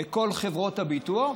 לכל חברות הביטוח,